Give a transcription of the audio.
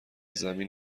زمین